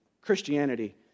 Christianity